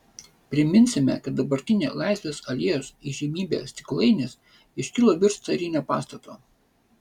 priminsime kad dabartinė laisvės alėjos įžymybė stiklainis iškilo virš carinio pastato